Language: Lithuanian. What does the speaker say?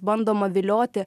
bandoma vilioti